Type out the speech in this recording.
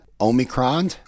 omicron